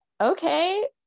okay